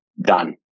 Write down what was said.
done